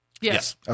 Yes